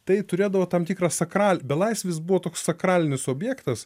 tai turėdavo tam tikrą sakral belaisvis buvo toks sakralinis objektas